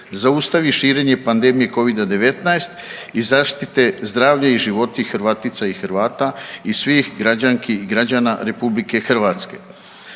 zaustavi širenje pandemije Covida-19 i zaštite zdravlje i životi Hrvatica i Hrvata i svih građanki i građana RH.